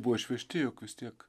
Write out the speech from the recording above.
buvo išvežti juk vis tiek